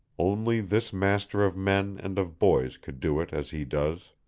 only this master of men and of boys could do it as he does.